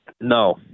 no